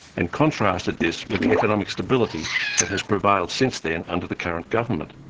and contrasted this with the economic stability that has prevailed since then under the current government.